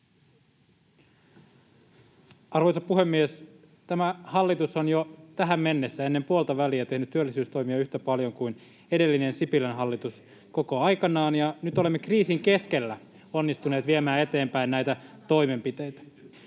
Arvoisa puhemies! Tämä hallitus on jo tähän mennessä ennen puoltaväliä tehnyt työllisyystoimia yhtä paljon kuin edellinen, Sipilän hallitus koko aikanaan, [Kokoomuksen ryhmästä: Ei pidä